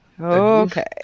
Okay